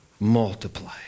Multiply